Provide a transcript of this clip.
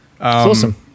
awesome